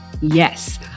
Yes